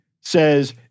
says